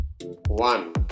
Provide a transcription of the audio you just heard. One